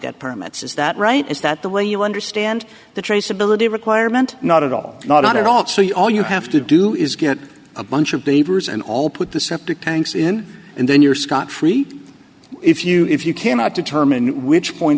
get permits is that right is that the way you understand the traceability requirement not at all not at all so you have to do is get a bunch of behaviors and all put the septic tanks in and then you're scot free if you if you cannot determine which point